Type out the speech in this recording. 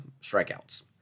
strikeouts